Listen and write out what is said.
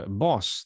boss